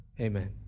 Amen